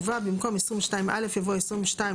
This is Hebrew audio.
ובה במקום "22(א)" יבוא "22,